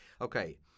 Okay